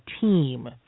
team